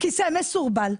כיסא מסורבל,